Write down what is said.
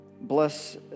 bless